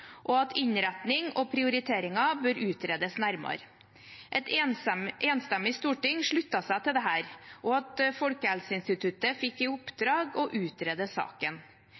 og at innretning og prioriteringer bør utredes nærmere. Et enstemmig storting sluttet seg til dette, og Folkehelseinstituttet fikk i oppdrag å utrede saken.